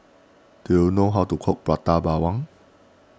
do you know how to cook Prata Bawang